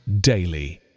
daily